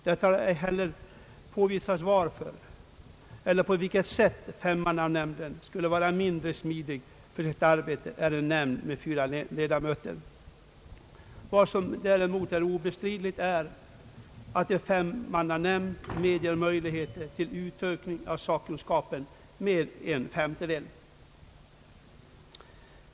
Det har ej heller påvisats varför eller på vilket sätt en femmannanämnd skulle vara mindre smidig i sitt arbete än en nämnd med fyra ledamöter. Vad som däremot är obestridligt är att en femmannanämnd medger möjlighet till utökning av sakkunskapen med en femtedel.